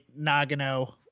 Nagano